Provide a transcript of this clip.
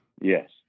Yes